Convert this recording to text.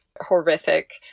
horrific